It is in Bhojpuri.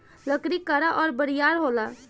लकड़ी कड़ा अउर बरियार होला